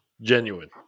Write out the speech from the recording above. genuine